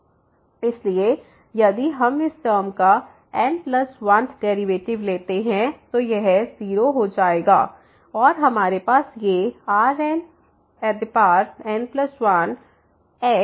इसलिए यदि हम इस टर्म का n 1th डेरिवेटिव लेते हैं तो यह 0 हो जाएगा और हमारे पास ये Rnn1xfn1xहै